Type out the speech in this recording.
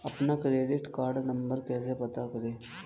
अपना credit card number कैसे पता करें?